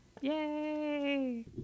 Yay